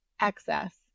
excess